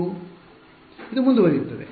ವಿದ್ಯಾರ್ಥಿ ಇದು ಮುಂದುವರಿಯುತ್ತದೆ